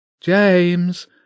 James